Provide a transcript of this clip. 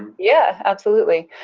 yeah, absolutely.